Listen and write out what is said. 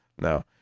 no